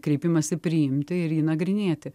kreipimąsi priimti ir jį nagrinėti